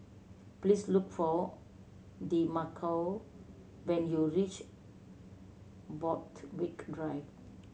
please look for Demarco when you reach Borthwick Drive